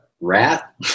rat